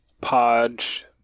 podge